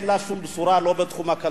שאין לה שום בשורה: לא בתחום הכלכלי,